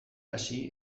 hasi